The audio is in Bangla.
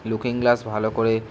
লুকিং গ্লাস ভালো করে